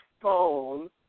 phone